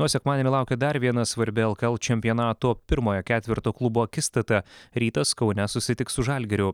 o sekmadienį laukia dar viena svarbi lkl čempionato pirmojo ketverto klubo akistata rytas kaune susitiks su žalgiriu